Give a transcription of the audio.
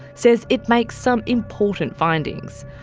says it makes some important findings.